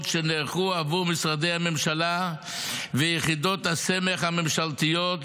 שנערכו עבור משרדי הממשלה ויחידות הסמך הממשלתיות,